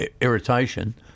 irritation